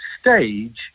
stage